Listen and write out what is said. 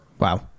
Wow